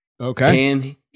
Okay